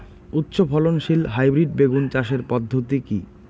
উচ্চ ফলনশীল হাইব্রিড বেগুন চাষের পদ্ধতি কী?